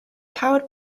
powered